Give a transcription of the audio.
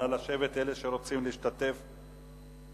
נא לשבת, אלה שרוצים להשתתף בהצבעה.